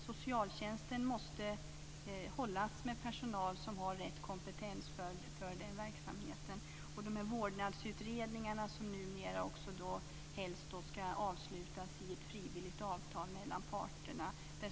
Socialtjänsten måste hållas med personal som har rätt kompetens för den verksamheten. Vårdnadsutredningarna ska ju numera helst avslutas med ett frivilligt avtal mellan parterna.